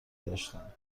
داشتند